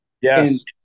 yes